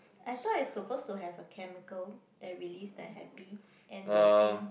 I thought is supposed to have a chemical that release the happy endorphin